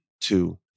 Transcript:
two